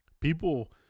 People